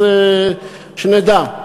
אז שנדע.